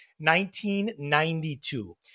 1992